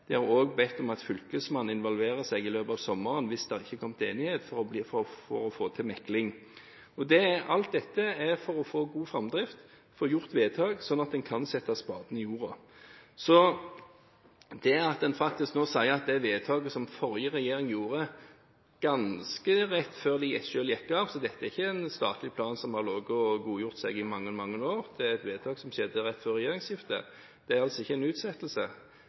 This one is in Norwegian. De har også bedt om at Fylkesmannen involverer seg i løpet av sommeren, hvis det ikke er kommet til enighet, for å få til mekling. Alt dette er for å få god framdrift og få gjort vedtak, sånn at en kan sette spaden i jorda. Det vedtaket som den forrige regjeringen gjorde ganske rett før den selv gikk av – så dette er ikke en statlig plan som har ligget og godgjort seg i mange, mange år, det er et vedtak som skjedde før regjeringsskiftet – er altså ikke en utsettelse.